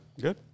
Good